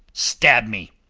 stab me!